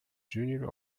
junior